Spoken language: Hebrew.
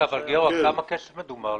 אבל גיורא, בכמה כסף מדובר?